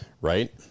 right